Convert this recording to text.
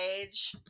age